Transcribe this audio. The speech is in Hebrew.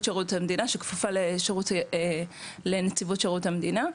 שירות המדינה שכפופה לנציבות שירות המדינה.